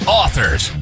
authors